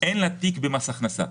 אין לה תיק במס הכנסה,